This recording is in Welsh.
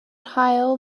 haul